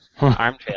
Armchair